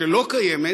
שלא קיימת,